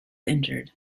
injured